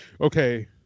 okay